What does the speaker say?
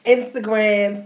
Instagram